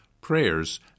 prayers